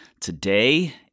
Today